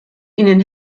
ihnen